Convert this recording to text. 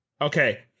Okay